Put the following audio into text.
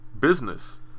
business